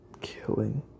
killing